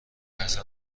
حسن